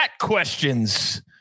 questions